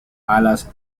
alas